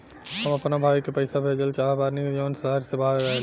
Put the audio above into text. हम अपना भाई के पइसा भेजल चाहत बानी जउन शहर से बाहर रहेला